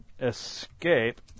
Escape